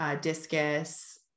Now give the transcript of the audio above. discus